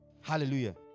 Hallelujah